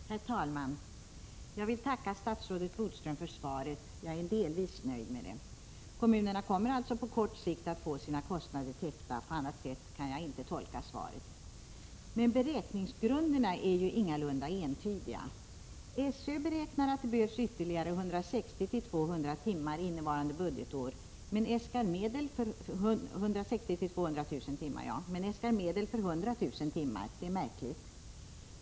Herr talman! Jag vill tacka statsrådet Bodström för svaret. Jag är delvis nöjd med det. Kommunerna kommer alltså på kort sikt att få sina kostnader täckta — på annat sätt kan jag inte tolka svaret. Men beräkningsgrunderna är ingalunda entydiga. SÖ beräknar att det behövs ytterligare 160 000-200 000 timmar innevarande budgetår, men äskar medel för 100 000 timmar. Det är märkligt.